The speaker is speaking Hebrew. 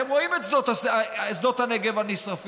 אתם רואים את שדות הנגב הנשרפים.